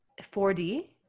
4d